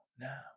now